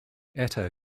eta